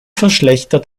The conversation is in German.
verschlechtert